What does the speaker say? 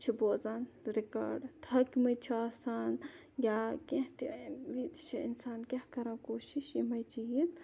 چھِ بوزان رِکاڈ تھٔکمٕتۍ چھِ آسان یا کینٛہہ تہِ چھِ اِنسان کیاہ کَران کوٗشِش یِمے چیٖز